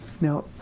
Now